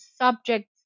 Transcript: subjects